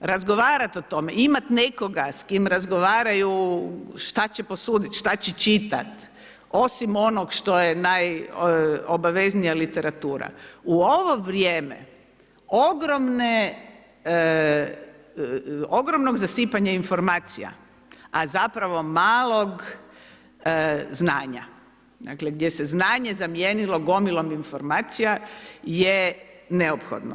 razgovarati o tome, imati nekoga s kim razgovoru što će posuditi, šta će čitati, osim onoga što je najobaveznija literatura u ovo vrijeme ogromnog zasipanja informacija, a zapravo malog znanja, dakle gdje se znanje zamijenilo gomilom informacija je neophodno.